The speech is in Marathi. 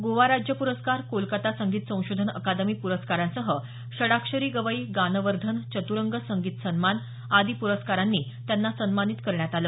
गोवा राज्य पुरस्कार कोलकाता संगीत संशोधन अकादमी प्रस्कारांसह षडाक्षरी गवई गानवर्धन चत्रंग संगीत सन्मान आदी प्रस्कारांनी त्यांना सन्मानित करण्यात आलं